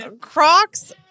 Crocs